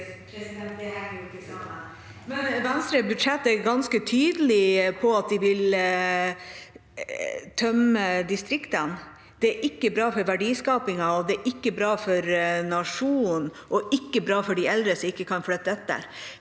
Venstre er i budsjettet ganske tydelig på at de vil tømme distriktene. Det er ikke bra for verdiskapingen, ikke bra for nasjonen og ikke bra for de eldre som ikke kan flytte.